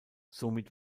somit